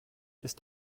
ist